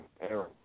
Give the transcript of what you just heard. Aaron